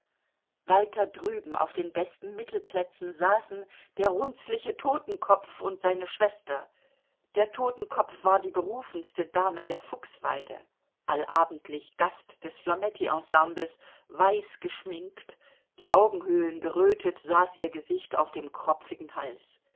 weiter drüben auf den besten mittelplätzen saßen der runzliche totenkopf und seine schwester der totenkopf war die berufenste dame der fuchsweide allabendlich gast des flametti ensembles weiß geschminkt die augenhöhlen gerötet saß ihr gesicht auf dem kropfigen hals